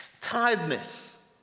tiredness